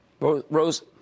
Rose